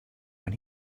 when